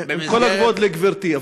כל הכבוד לגברתי,